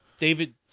David